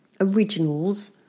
originals